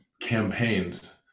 campaigns